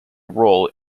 role